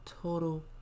total